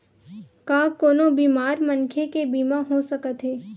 का कोनो बीमार मनखे के बीमा हो सकत हे?